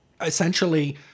essentially